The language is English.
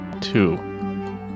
two